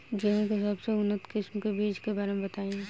गेहूँ के सबसे उन्नत किस्म के बिज के बारे में बताई?